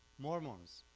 mormons,